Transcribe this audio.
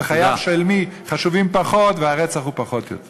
וחייו של מי חשובים פחות והרצח הוא פחות חמור.